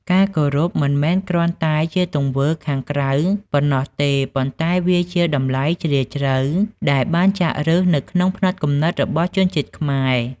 ការគោរពមិនមែនគ្រាន់តែជាទង្វើខាងក្រៅប៉ុណ្ណោះទេ ប៉ុន្តែវាជា តម្លៃជ្រាលជ្រៅ ដែលបានចាក់ឫសនៅក្នុងផ្នត់គំនិតរបស់ជនជាតិខ្មែរ។